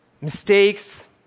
mistakes